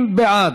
60 בעד,